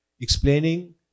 explaining